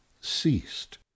ceased